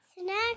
Snack